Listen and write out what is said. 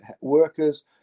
workers